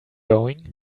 going